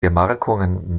gemarkungen